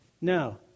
No